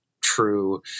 true